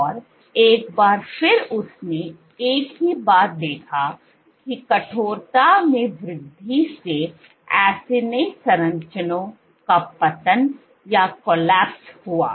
और एक बार फिर उसने एक ही बात देखा की कठोरता में वृद्धि से एसिनी संरचना का पतन हुआ